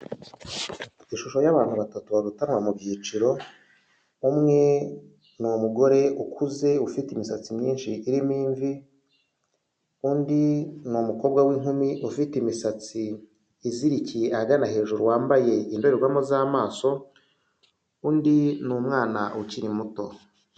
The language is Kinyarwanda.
Ishusho y'abantu batatu barutanwa mu byiciro, umwe ni umugore ukuze ufite imisatsi myinshi irimo imvi, undi ni umukobwa w'inkumi ufite imisatsi izirikiye ahagana hejuru, wambaye indorerwamo z'amaso, undi ni umwana ukiri muto.